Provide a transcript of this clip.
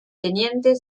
teniente